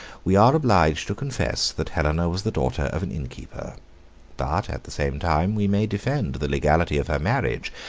we are obliged to confess, that helena was the daughter of an innkeeper but at the same time, we may defend the legality of her marriage,